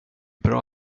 bra